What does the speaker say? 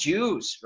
Jews